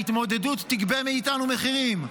ההתמודדות תגבה מאיתנו מחירים,